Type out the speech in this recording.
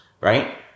Right